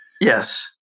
Yes